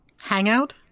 Hangout